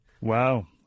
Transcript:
wow